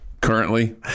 currently